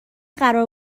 قرار